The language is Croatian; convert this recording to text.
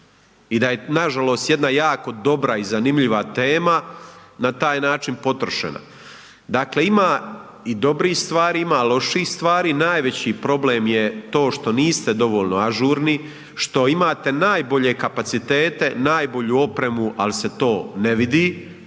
i da je nažalost jedna jako dobra i zanimljiva tema na taj način potrošena. Dakle ima i dobrih stvari, ima i loših stvari, najveći problem je to što niste dovoljno ažurni, što imate najbolje kapacitete, najbolju opremu, ali se to ne vidi,